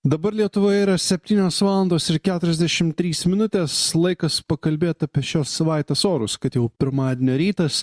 dabar lietuvoje yra septynios valandos ir keturiasdešim trys minutės laikas pakalbėt apie šios savaitės orus kad jau pirmadienio rytas